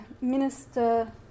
minister